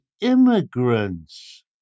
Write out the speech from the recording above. immigrants